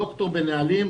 ד"ר בנהלים,